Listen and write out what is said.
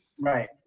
Right